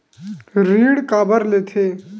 ऋण काबर लेथे?